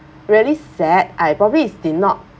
really sad I probably did not